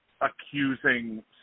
accusing